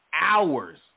hours